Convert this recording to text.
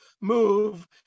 move